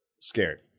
scared